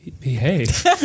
Behave